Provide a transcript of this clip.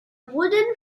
wooden